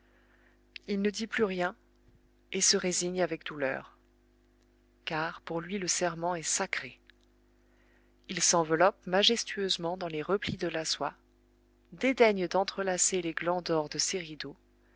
il ne dit plus rien et se résigne avec douleur car pour lui le serment est sacré il s'enveloppe majestueusement dans les replis de la soie dédaigne d'entrelacer les glands d'or de